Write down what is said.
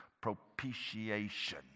Propitiation